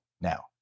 Now